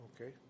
Okay